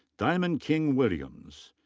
diamond king-williams.